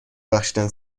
بخشیدن